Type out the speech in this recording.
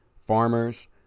Farmers